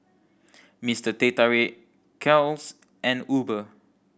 Mister Teh Tarik Kiehl's and Uber